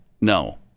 no